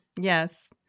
Yes